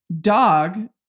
dog